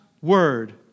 word